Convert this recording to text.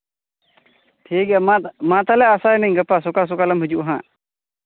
ᱴᱷᱤᱠ ᱜᱮᱭᱟ ᱢᱟ ᱢᱟ ᱛᱟᱦᱚᱞᱮ ᱟᱥᱟᱭᱮᱱᱟᱹᱧ ᱜᱟᱯᱟ ᱥᱚᱠᱟᱞ ᱥᱚᱠᱟᱞᱮᱢ ᱦᱤᱡᱩᱜᱼᱟ ᱦᱟᱸᱜ